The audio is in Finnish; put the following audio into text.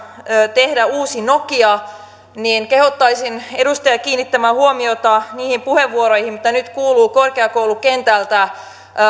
tehdä uusi nokia niin kehottaisin edustajia kiinnittämään huomiota niihin puheenvuoroihin mitä nyt kuuluu korkeakoulukentältä